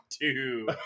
two